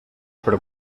per